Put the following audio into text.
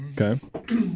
Okay